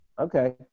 Okay